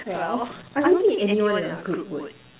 well I don't think anyone in our group would